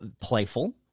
playful